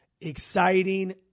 exciting